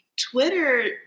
Twitter